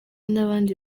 n’abandi